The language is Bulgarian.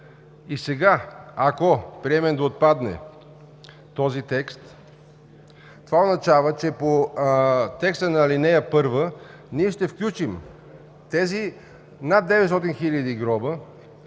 И сега ако приемем да отпадне този текст, това означава, че по текста на ал. 1, ние ще включим тези над 900 хиляди гроба,